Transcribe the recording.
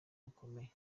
bukomeye